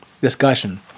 discussion